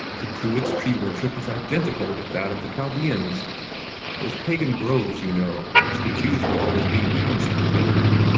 the druids' tree-worship is identical with that of the chaldeans those pagan groves, you know, which the jews were always being punished for building.